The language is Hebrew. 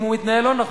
אם הוא מתנהל לא נכון,